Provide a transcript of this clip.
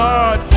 God